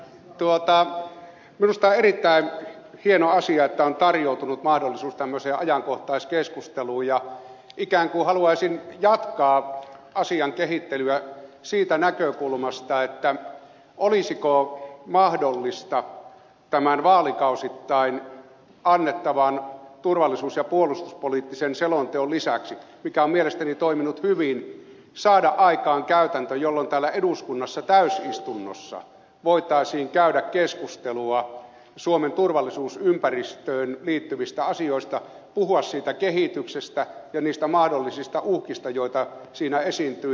minusta on erittäin hieno asia että on tarjoutunut mahdollisuus tämmöiseen ajankohtaiskeskusteluun ja ikään kuin haluaisin jatkaa asian kehittelyä siitä näkökulmasta olisiko mahdollista tämän vaalikausittain annettavan turvallisuus ja puolustuspoliittisen selonteon lisäksi mikä on mielestäni toiminut hyvin saada aikaan käytäntö jolloin täällä eduskunnassa täysistunnossa voitaisiin käydä keskustelua suomen turvallisuusympäristöön liittyvistä asioista puhua siitä kehityksestä ja niistä mahdollisista uhkista joita siinä esiintyy